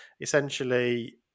essentially